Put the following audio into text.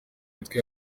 mitwe